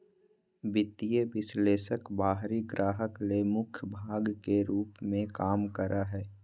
वित्तीय विश्लेषक बाहरी ग्राहक ले मुख्य भाग के रूप में काम करा हइ